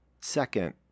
Second